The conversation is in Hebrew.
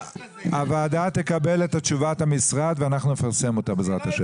הוועדה תקבל את תשובת המשרד ואנחנו נפרסם אותה בעזרת השם.